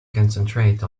concentrate